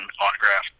autograph